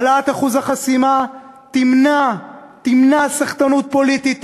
העלאת אחוז החסימה תמנע סחטנות פוליטית,